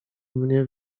mnie